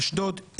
אשדוד,